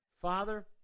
Father